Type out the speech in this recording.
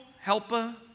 helper